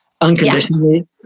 unconditionally